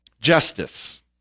justice